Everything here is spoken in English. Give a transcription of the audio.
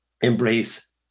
embrace